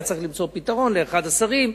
היה צריך למצוא פתרון לאחד השרים,